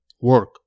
work